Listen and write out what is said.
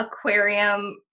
aquarium